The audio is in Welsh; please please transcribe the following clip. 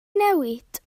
newid